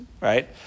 right